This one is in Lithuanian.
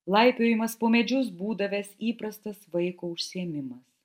laipiojimas po medžius būdavęs įprastas vaiko užsiėmimas